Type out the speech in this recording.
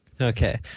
Okay